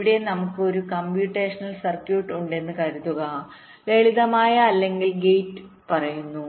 ഇവിടെ നമുക്ക് ഒരു കമ്പ്യൂട്ടേഷൻ സർക്യൂട്ട് ഉണ്ടെന്ന് കരുതുക ലളിതമായ അല്ലെങ്കിൽ ഗേറ്റ് പറയുന്നു